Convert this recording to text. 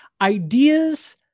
ideas